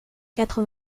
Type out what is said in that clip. quatre